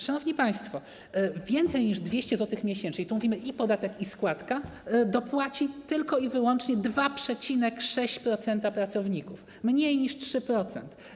Szanowni państwo, więcej niż 200 zł miesięcznie - i tu mówimy i o podatku, i o składce - dopłaci tylko i wyłącznie 2,6% pracowników, czyli mniej niż 3%.